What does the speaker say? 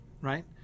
right